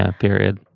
ah period.